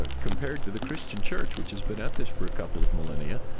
ah compared to the christian church, which has been at this for a couple of millennia.